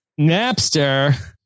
napster